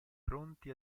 pronti